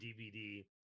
DVD